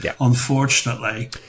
unfortunately